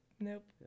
Nope